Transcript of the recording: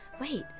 Wait